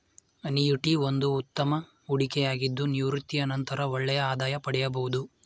annuity ಒಂದು ಉತ್ತಮ ಹೂಡಿಕೆಯಾಗಿದ್ದು ನಿವೃತ್ತಿಯ ನಂತರ ಒಳ್ಳೆಯ ಆದಾಯ ಪಡೆಯಬಹುದು